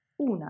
una